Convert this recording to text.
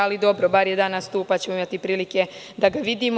Ali dobro, bar je danas tu, pa ćemo imati prilike da ga vidimo.